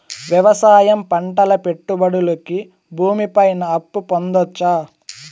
వ్యవసాయం పంటల పెట్టుబడులు కి భూమి పైన అప్పు పొందొచ్చా?